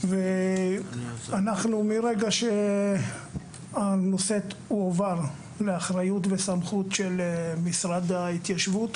מהרגע שהנושא הועבר לאחריות ולסמכות של משרד ההתיישבות